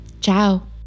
Ciao